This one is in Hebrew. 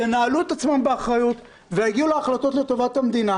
ינהלו את עצמם באחריות ויגיעו להחלטות לטובת המדינה